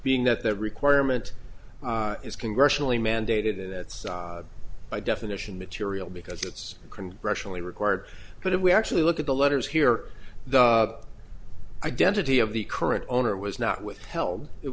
being that the requirement is congressionally mandated and that's by definition material because it's congressionally required but if we actually look at the letters here the identity of the current owner was not withheld it